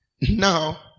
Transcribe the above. now